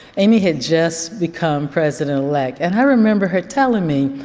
amy had just become president-elect and i remember her telling me,